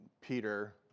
Peter